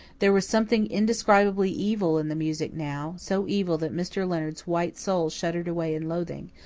there was something indescribably evil in the music now so evil that mr. leonard's white soul shuddered away in loathing,